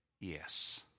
Yes